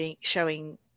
showing